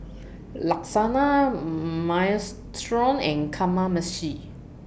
Lasagna Minestrone and Kamameshi